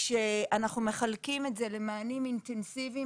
כשאנחנו מחלקים את זה למענים אינטנסיביים.